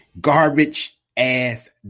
Garbage-ass